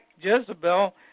Jezebel